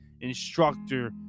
instructor